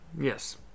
Yes